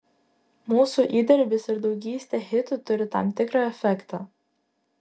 mūsų įdirbis ir daugybė hitų turi tam tikrą efektą